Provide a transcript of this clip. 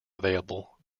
available